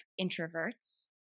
introverts